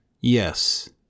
Yes